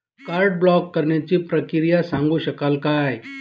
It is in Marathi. कार्ड ब्लॉक करण्याची प्रक्रिया सांगू शकाल काय?